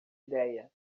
ideia